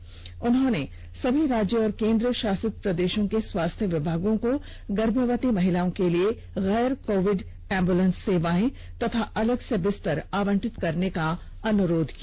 उन्होंने स्वास्थ्य मंत्रालय से सभी राज्य और केन्द्र शासित प्रदेशों के स्वास्थ्य विभागों को गर्भवती महिलाओं के लिए गैर कोविड एम्बुलेंस सेवाएं तथा अलग से बिस्तर आंवटित करने का अनुरोध किया